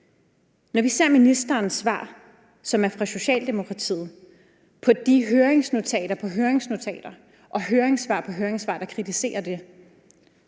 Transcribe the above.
Når vi ser ministeren, som er fra Socialdemokratiets svar på de høringsnotater på høringsnotater og høringssvar på høringssvar, der kritiserer det,